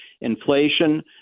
inflation